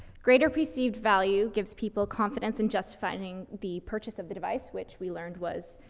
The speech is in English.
greater perceived value gives people confidence in justifying the purchase of the device, which we learned was,